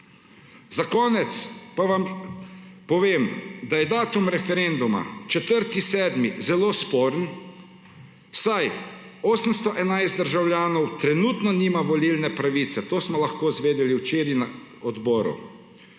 Za konec pa vam povem, da je datum referenduma 4. 7. zelo sporen, saj 811 državljanov trenutno nima volilne pravice; to smo lahko izvedeli včeraj na odboru.